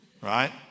right